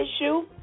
issue